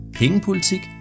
pengepolitik